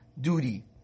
duty